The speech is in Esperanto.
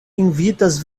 invitas